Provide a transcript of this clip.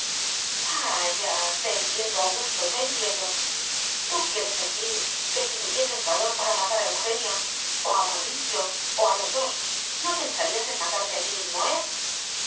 ya te entiendo augusto te entiendo tú quieres decir que si tuvieses valor para matar a eugenia o a mauricio o a los dos no pensarías en matarte a ti mismo eh